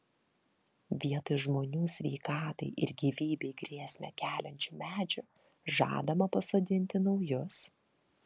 vietoj žmonių sveikatai ir gyvybei grėsmę keliančių medžių žadama pasodinti naujus